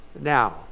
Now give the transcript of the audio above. now